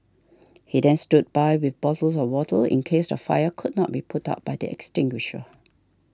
he then stood by with bottles of water in case the fire could not be put out by the extinguisher